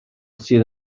sydd